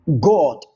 God